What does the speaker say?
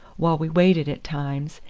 while we waded at times,